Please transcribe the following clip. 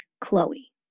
Chloe